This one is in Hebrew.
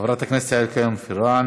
חברת הכנסת יעל כהן-פארן,